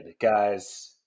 guys